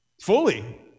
fully